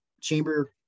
chamber